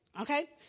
okay